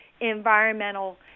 environmental